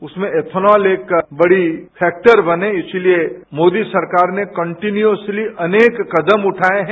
उसमें एथेनोलका बड़ी फेक्टर बने इसलिए मोदी सरकार ने कटिन्यूसली अनेक कदम उठाए हैं